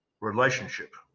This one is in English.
relationship